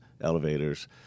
elevators